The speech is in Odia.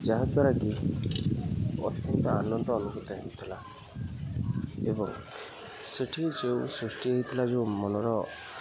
ଯାହାଦ୍ୱାରା କି ଅତ୍ୟନ୍ତ ଆନନ୍ଦ ଅନୁଭୂତ ହେଉଥିଲା ଏବଂ ସେଠି ଯେଉଁ ସୃଷ୍ଟି ହେଇଥିଲା ଯେଉଁ ମନର